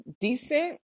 decent